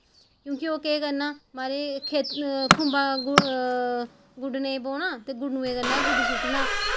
ते ओह् केह् करना म्हाराज खेत्तरें ई खुंबा गुड्डनै गी बौह्ना ते खुंबा गुड्डी सुट्टना